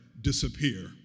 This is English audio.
disappear